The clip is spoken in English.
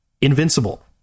Invincible